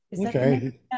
okay